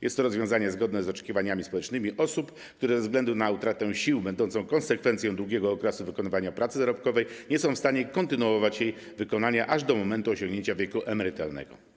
Jest to rozwiązanie zgodne z oczekiwaniami społecznymi osób, które ze względu na utratę sił będącą konsekwencją długiego okresu wykonywania pracy zarobkowej nie są w stanie kontynuować jej wykonywania aż do momentu osiągnięcia wieku emerytalnego.